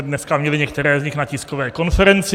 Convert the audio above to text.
Dneska jsme měli některé z nich na tiskové konferenci.